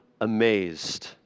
amazed